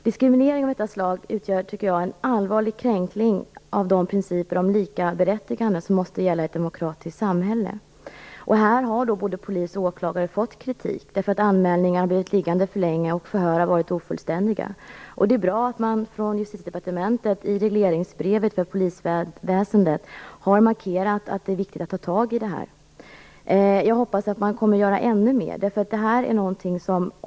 Diskriminering av detta slag tycker jag utgör en allvarlig kränkning av de principer om likaberättigande som måste gälla i ett demokratiskt samhälle. Här har både polis och åklagare fått kritik därför att anmälningar blivit liggande för länge och därför att förhör har varit ofullständiga. Det är bra att man från Justitiedepartementet i regleringsbrevet för polisväsendet har markerat att det är viktigt att ta tag i det här. Jag hoppas att man kommer att göra ännu mer.